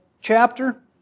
chapter